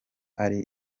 ari